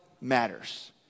matters